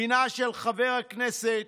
הינה של חבר הכנסת